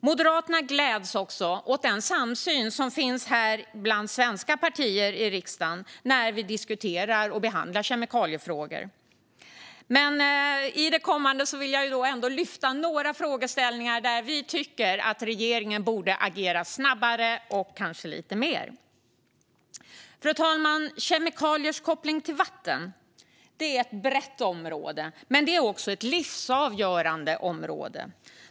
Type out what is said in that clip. Moderaterna gläds också åt den stora samsyn som finns här bland svenska partier i riksdagen när vi diskuterar och behandlar kemikaliefrågor. Men i det kommande vill jag ändå lyfta fram några frågeställningar där vi tycker att regeringen borde agera snabbare och kanske lite mer. Fru talman! Kemikaliers koppling till vatten är ett brett men också livsavgörande område.